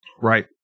Right